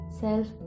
self